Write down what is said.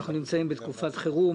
אנחנו נמצאים בתקופת חירום,